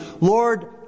Lord